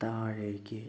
താഴേക്ക്